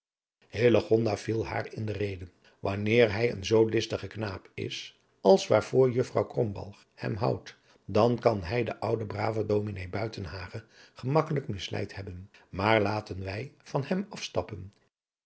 viel haar in de reden wanneer hij een zoo listige knaap adriaan loosjes pzn het leven van hillegonda buisman is als waarvoor juffrouw krombalg hem houdt dan kan hij den ouden braven ds buitenhagen gemakkelijk misleid hebben maar laten wij van hem afstappen